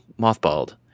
mothballed